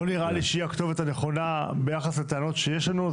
לא נראה לי שהיא הכתובת הנכונה ביחס לטענות שיש לנו.